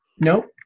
Nope